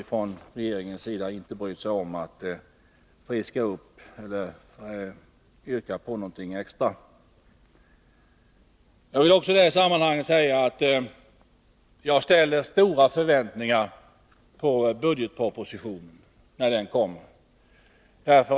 Från regeringens sida har man alltså inte brytt sig om att yrka på någonting extra till detta. Jag vill också i det här sammanhanget säga att jag ställer stora förväntningar på budgetpropositionen när den kommer.